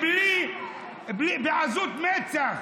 בעזות מצח,